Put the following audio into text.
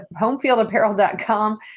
homefieldapparel.com